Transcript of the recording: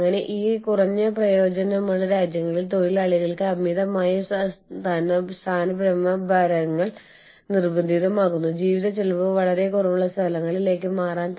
അടിയന്തര സാഹചര്യത്തിൽ സ്വന്തം രാജ്യത്തേക്ക് മടങ്ങാൻ ആഗ്രഹിക്കുന്ന ആളുകളായിരിക്കും അവർ